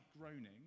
groaning